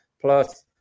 plus